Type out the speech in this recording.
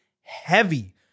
heavy